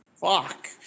fuck